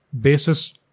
basis